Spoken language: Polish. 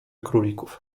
królików